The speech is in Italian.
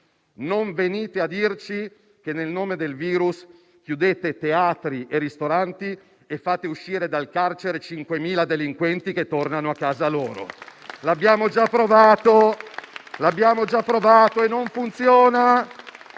non venite adesso a dirci che, nel nome del virus, chiudete teatri e ristoranti e fate uscire dal carcere 5.000 delinquenti che tornano a casa loro. L'abbiamo già provato e non funziona.